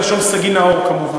לא זוכר.